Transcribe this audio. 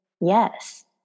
yes